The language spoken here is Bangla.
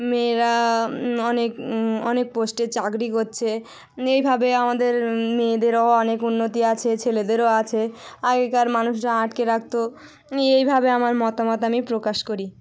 মেয়েরা অনেক অনেক পোস্টে চাকরি করছে এইভাবে আমাদের মেয়েদেরও অনেক উন্নতি আছে ছেলেদেরও আছে আগেকার মানুষরা আটকে রাখতো আমি এইভাবে আমার মতামত আমি প্রকাশ করি